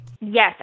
Yes